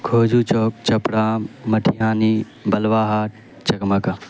کھوجو چوک چھپرا مٹیانی بلوا ہاٹ چکمکہ